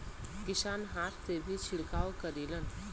किसान हाथ से भी छिड़काव करेलन